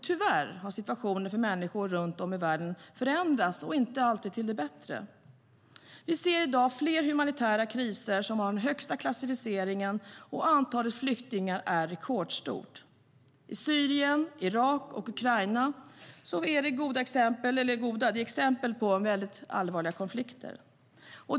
Tyvärr har situationen för människor runt om i världen förändrats, inte alltid till det bättre. Vi ser i dag fler humanitära kriser som har den högsta klassificeringen, och antalet flyktingar är rekordstort. Syrien, Irak och Ukraina är exempel på mycket allvarliga konflikter.